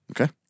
Okay